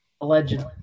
Allegedly